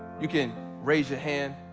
you can raise your hand.